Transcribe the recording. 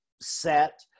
set